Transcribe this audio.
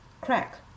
crack